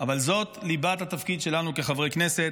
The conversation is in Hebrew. אבל זאת ליבת התפקיד שלנו כחברי כנסת,